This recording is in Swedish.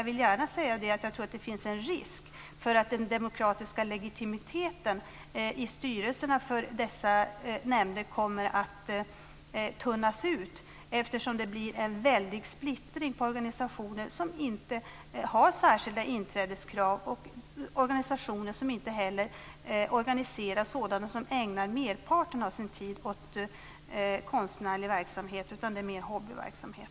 Jag vill dock gärna säga att jag tror att det finns en risk att den demokratiska legitimiteten i styrelserna för dessa nämnder kommer att tunnas ut. Det blir nämligen en väldig splittring på organisationer som inte har särskilda inträdeskrav och organisationer som också organiserar sådana som inte ägnar merparten av sin tid åt konstnärlig verksamhet utan har det mer som hobbyverksamhet.